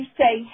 say